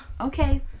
Okay